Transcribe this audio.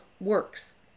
works